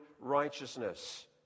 righteousness